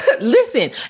Listen